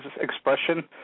expression